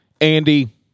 Andy